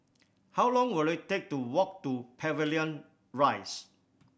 how long will it take to walk to Pavilion Rise